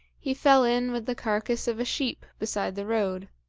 he fell in with the carcass of a sheep beside the road.